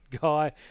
guy